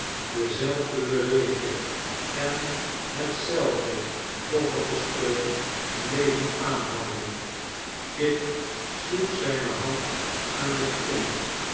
dezelfde beweging en hetzelfde doffe gesteun bleven aanhouden kit sloeg zijne hand aan de klink